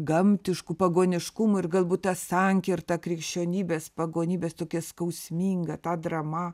gamtiškų pagoniškumų ir galbūt ta sankirta krikščionybės pagonybės tokia skausminga ta drama